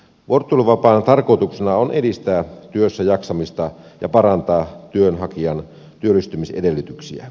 vuorotteluvapaan tarkoituksena on edistää työssäjaksamista ja parantaa työnhakijan työllistymisedellytyksiä